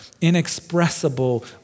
inexpressible